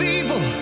evil